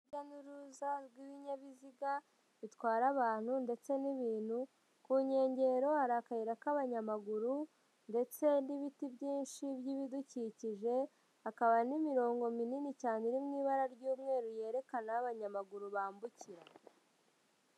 Urujya n'uruza rw'ibinyabiziga bitwara abantu ndetse n'ibintu, ku nkengero hari akayira k'abanyamaguru ndetse n'ibiti byinshi by'ibidukikije, hakaba n'imirongo minini cyane iri mu ibara ry'umweru yerekana aho abanyamaguru bambukira.